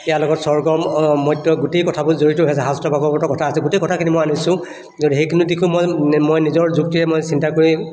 ইয়াৰ লগত স্বৰ্গ মৰ্ত্য গোটেই কথাবোৰ জড়িত হৈ আছে শাস্ত্ৰ ভাগৱতৰ কথা আছে গোটেই কথাখিনি মই আনিছোঁ য'ত সেইখিনিকো মই মই নিজৰ যুক্তিৰে মই চিন্তা কৰি